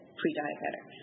pre-diabetic